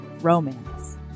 romance